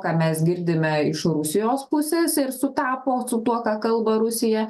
ką mes girdime iš rusijos pusės ir sutapo su tuo ką kalba rusija